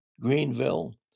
Greenville